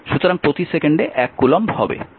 সুতরাং প্রতি সেকেন্ডে 1 কুলম্ব হবে